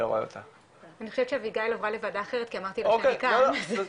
חושבת שאביגיל עברה לוועדה אחרת כי --- אין בעיה,